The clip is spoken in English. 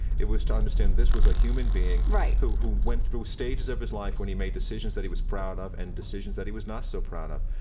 it was to understand this was a human being who who went through stages of his life when he made decisions that he was proud of and decisions that he was not so proud of,